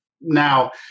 now